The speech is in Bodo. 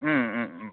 ओम ओम ओम